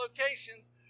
locations